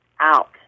out